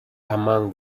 among